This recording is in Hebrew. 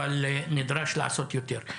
אבל נדרש לעשות יותר.